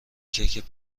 کیک